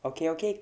okay okay